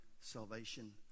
salvation